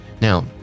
Now